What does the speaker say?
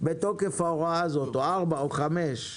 או ארבע או חמש.